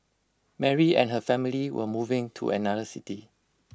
Mary and her family were moving to another city